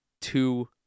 two